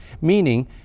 meaning